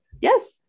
Yes